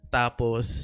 tapos